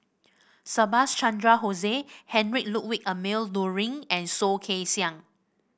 Subhas Chandra Bose Heinrich Ludwig Emil Luering and Soh Kay Siang